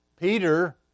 Peter